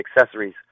accessories